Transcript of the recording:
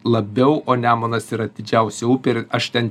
labiau o nemunas yra didžiausia upė ir aš ten